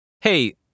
Hey